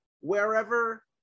wherever